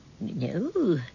No